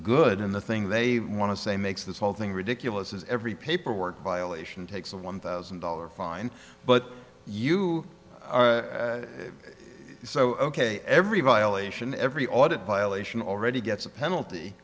good and the thing they want to say makes this whole thing ridiculous as every paperwork violation takes a one thousand dollars fine but you so ok everybody elation every audit violation already gets a penalty